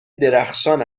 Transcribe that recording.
درخشان